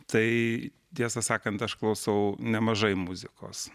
tai tiesą sakant aš klausau nemažai muzikos